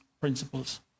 principles